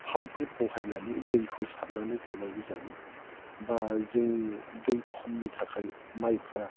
पाम्पफोर बहायनानै दैखौ सारनानै होनांगौ जायो बा जों दै खमनि थाखाय माइफ्रा